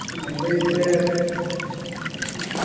ᱢᱮᱱᱮᱫᱟ ᱧ ᱥᱮ